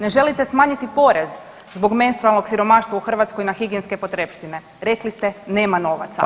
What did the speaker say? Ne želite smanjiti porez zbog menstrualnog siromaštva u Hrvatskoj na higijenske potrepštine, rekli ste nema novaca.